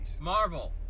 Marvel